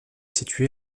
situé